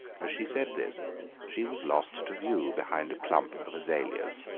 as she said this she was lost to view behind a clump of azaleas.